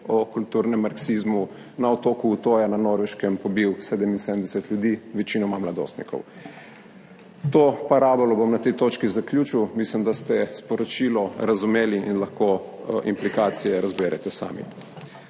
o kulturnem marksizmu, na otoku Utoya na Norveškem pobil 77 ljudi, večinoma mladostnikov. To parabolo bom na tej točki zaključil, mislim, da ste sporočilo razumeli in lahko implikacije razberete sami.